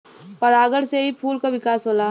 परागण से ही फूल क विकास होला